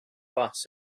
bus